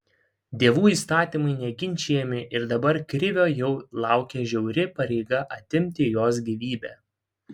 dievų įstatymai neginčijami ir dabar krivio jau laukia žiauri pareiga atimti jos gyvybę